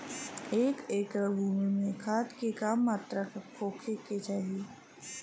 एक एकड़ भूमि में खाद के का मात्रा का होखे के चाही?